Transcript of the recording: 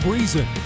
Reason